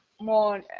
more